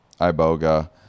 iboga